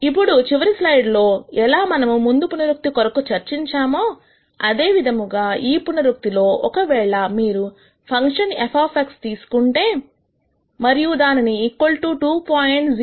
ఇప్పుడు చివరి స్లైడ్ లో ఎలా మనము ముందు పునరుక్తి కొరకు చర్చించామో అదే విధముగా ఈ పునరుక్తి లో ఒకవేళ మీరు ఫంక్షన్ f తీసుకుంటే మరియు దానిని 2